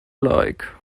like